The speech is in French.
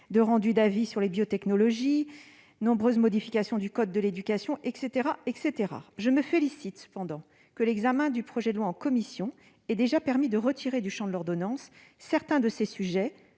de rendus d'avis sur les biotechnologies, sans compter de nombreuses modifications du code de l'éducation. Je me félicite que l'examen du projet de loi en commission ait déjà permis de retirer du champ de l'ordonnance certains de ces sujets,